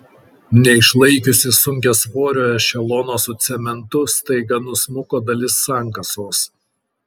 neišlaikiusi sunkiasvorio ešelono su cementu staiga nusmuko dalis sankasos